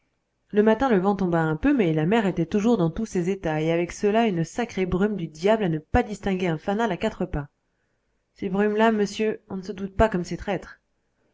le matin le vent tomba un peu mais la mer était toujours dans tous ses états et avec cela une sacrée brume du diable à ne pas distinguer un fanal à quatre pas ces brumes là monsieur on ne se doute pas comme c'est traître